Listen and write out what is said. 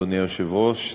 אדוני היושב-ראש,